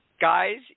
Guys